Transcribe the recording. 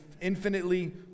infinitely